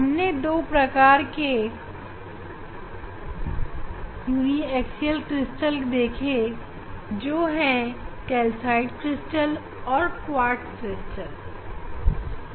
हमने दो प्रकार के यूनीएकसीएल क्रिस्टल देखे जो कैल्साइट क्रिस्टल और क्वार्ट्ज क्रिस्टल है